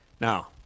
Now